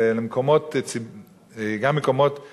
גם למקומות של רשות היחיד.